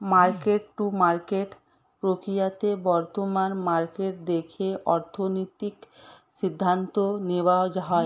market to market প্রক্রিয়াতে বর্তমান market দেখে অর্থনৈতিক সিদ্ধান্ত নেওয়া হয়